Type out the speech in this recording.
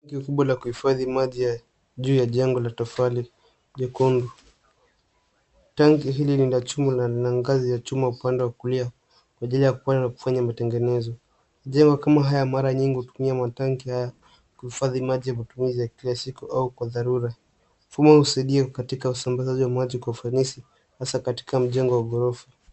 Tanki kubwa la kuhifadi maji juu ya jengo ya tofali chekundu. Tanki hili lina chuma na lina ngazi ya chuma upande wa kulia kwa ajili ya kuenda kufanya matengenezo. Jengo kama haya mara nyingi hutumia matanki haya kuhifadi maji ya matumizi ya kila siku au kwa dharura. Mfumo usaidia katika usambazaji wa maji kwa fanisi haza katika majengo ya ghorofa.